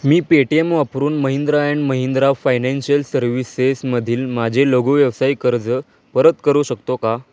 मी Paytm वापरून Mahindra and Mahindra financial सर्व्हिसेसमधील माझे लघुव्यवसाय कर्ज परत करू शकतो का